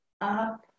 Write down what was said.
up